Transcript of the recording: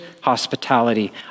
hospitality